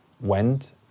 went